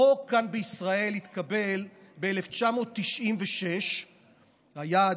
החוק כאן בישראל התקבל ב-1996 והיה,